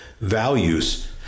values